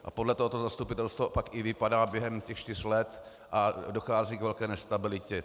A podle toho to zastupitelstvo pak i vypadá během těch čtyř let a dochází k velké nestabilitě.